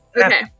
Okay